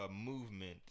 movement